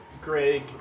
Greg